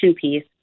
piece